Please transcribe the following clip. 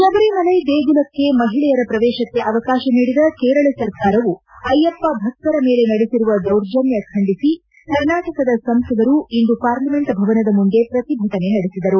ಶಬರಿಮಲೈ ದೇಗುಲಕ್ಕೆ ಮಹಿಳೆಯರ ಪ್ರವೇಶಕ್ಕೆ ಅವಕಾಶ ನೀಡಿದ ಕೇರಳ ಸರ್ಕಾರವು ಅಯ್ಕಪ್ಪ ಭಕ್ತರ ಮೇಲೆ ನಡೆಸಿರುವ ದೌರ್ಜನ್ಯ ಖಂಡಿಸಿ ಕರ್ನಾಟಕದ ಸಂಸದರು ಇಂದು ಪಾರ್ಲಿಮೆಂಟ್ ಭವನದ ಮುಂದೆ ಪ್ರತಿಭಟನೆ ನಡೆಸಿದರು